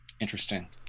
interesting